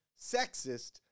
sexist